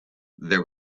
there